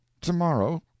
Tomorrow